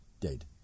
Dead